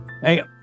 Hey